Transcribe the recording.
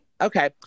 Okay